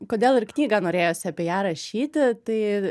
kodėl ir knygą norėjosi apie ją rašyti tai